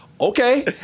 Okay